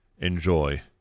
enjoy